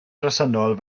bresennol